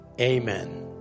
Amen